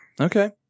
Okay